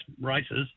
races